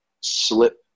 slip